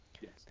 Yes